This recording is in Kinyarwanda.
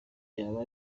yaba